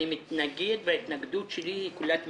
אני מתנגד, וההתנגדות שלי היא כולה תמיכה.